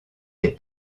des